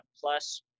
plus